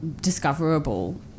discoverable